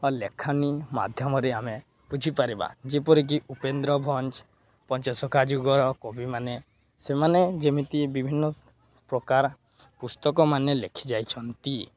ଲେଖନୀ ମାଧ୍ୟମରେ ଆମେ ବୁଝିପାରିବା ଯେପରିକି ଉପେନ୍ଦ୍ରଭଞ୍ଜ ପଞ୍ଚସଖା ଯୁଗର କବିମାନେ ସେମାନେ ଯେମିତି ବିଭିନ୍ନପ୍ରକାର ପୁସ୍ତକମାନେ ଲେଖିଯାଇଛନ୍ତି